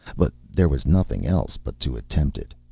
but there was nothing else but to attempt it.